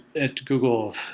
at google,